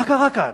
מה קרה כאן?